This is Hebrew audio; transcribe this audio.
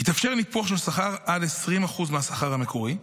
יתאפשר ניפוח שכר עד 20% מהשכר המקורי.